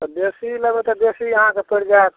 तऽ देशी लेबै तऽ देशी अहाँके परि जायत